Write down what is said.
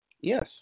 Yes